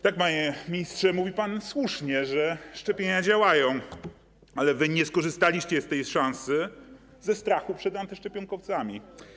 Tak, panie ministrze, słusznie pan mówi, że szczepienia działają, ale wy nie skorzystaliście z tej szansy ze strachu przed antyszczepionkowcami.